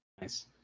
nice